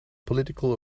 political